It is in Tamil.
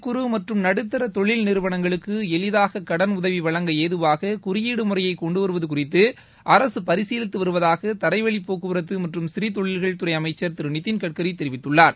குறு மற்றும் நடுத்தர தொழில் நிறுவனங்களுக்கு எளிதாக கடன் உதவி வழங்க ஏதுவாக குறியீடு முறையை கொண்டுவருவது குறித்து அரசு பரிசீலித்து வருவதாக தரைவழிப் போக்குவரத்து மற்றும் சிறுதொழில்கள் துறை அமைச்சர் திரு நிதின்கட்கரி தெரிவித்துள்ளார்